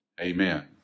amen